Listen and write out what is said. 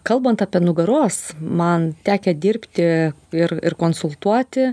kalbant apie nugaros man tekę dirbti ir ir konsultuoti